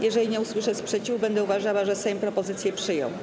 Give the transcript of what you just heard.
Jeżeli nie usłyszę sprzeciwu, będę uważała, że Sejm propozycję przyjął.